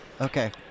okay